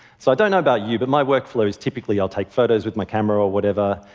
so i don't know about you, but my workflow is typically, i'll take photos with my camera or whatever,